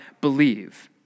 believe